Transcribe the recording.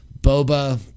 Boba